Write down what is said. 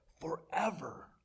forever